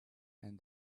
and